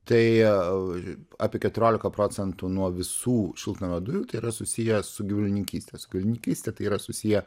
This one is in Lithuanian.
tai apie keturiolika procentų nuo visų šiltnamio dujų tai yra susiję su gyvulininkystės gyvulininkyste tai yra susiję